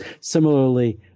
Similarly